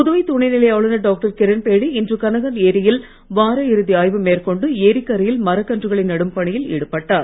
புதுவை துணைநிலை ஆளுநர் டாக்டர் கிரண்பேடி இன்று கனகன் ஏரியில் வார இறுதி ஆய்வு மேற்கொண்டு ஏரிக்கரையில் மரக் கன்றுகளை நடும் பணியில் ஈடுபட்டார்